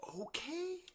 Okay